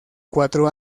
cuatro